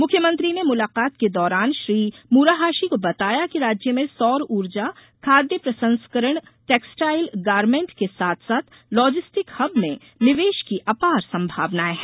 मुख्यमंत्री ने मुलाकात के दौरान श्री मूराहाशी को बताया कि राज्य में सौर ऊर्जा खाद्य प्रसंस्करण टेक्सटाइल गारमेंट के साथ साथ लॉजिस्टिक हब में निवेश की अपार संभावनाएँ हैं